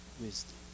wisdom